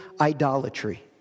idolatry